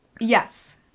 Yes